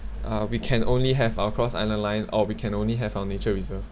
uh we can only have our cross island line or we can only have our nature reserve